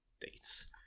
Dates